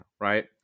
right